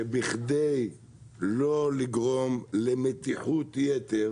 שבכדי לא לגרום למתיחות יתר